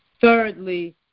Thirdly